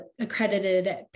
accredited